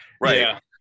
right